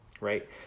right